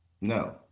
No